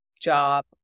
job